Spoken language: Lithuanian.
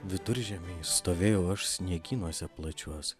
viduržiemį stovėjau aš sniegynuose plačiuos